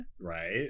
Right